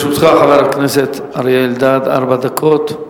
לרשותך, חבר הכנסת אריה אלדד, ארבע דקות.